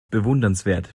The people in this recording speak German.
bewundernswert